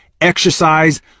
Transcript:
exercise